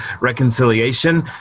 reconciliation